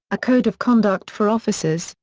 a code of conduct for officers,